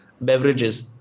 beverages